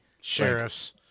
sheriffs